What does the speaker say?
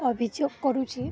ଅଭିଯୋଗ କରୁଛି